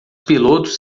pilotos